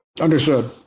understood